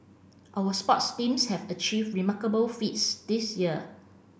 our sports teams have achieved remarkable feats this year